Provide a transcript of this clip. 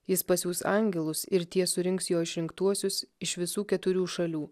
jis pasiųs angelus ir tie surinks jo išrinktuosius iš visų keturių šalių